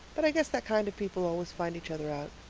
but i guess that kind of people always find each other out.